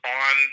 on